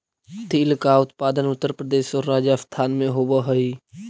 तिल का उत्पादन उत्तर प्रदेश और राजस्थान में होवअ हई